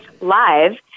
live